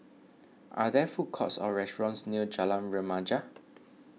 are there food courts or restaurants near Jalan Remaja